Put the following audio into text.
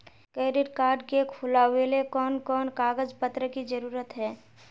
Credit card के खुलावेले कोन कोन कागज पत्र की जरूरत है?